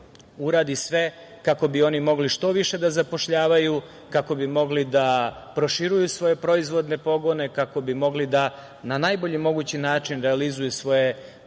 uradi sve kako bi oni mogli što više da zapošljavaju, kako bi mogli da proširuju svoje proizvodne pogone, kako bi mogli da na najbolji mogući način realizuju svoje